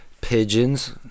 Pigeons